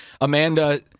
Amanda